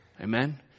Amen